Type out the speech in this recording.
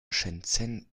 shenzhen